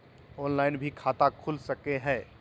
Online भी खाता खूल सके हय?